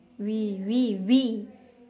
we we we